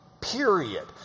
period